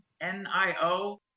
n-i-o